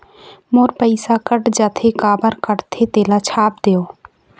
मोर पैसा कट जाथे काबर कटथे तेला छाप देव?